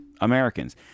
Americans